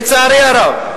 לצערי הרב.